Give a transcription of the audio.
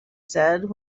said